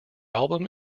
album